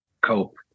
cope